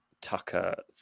Tucker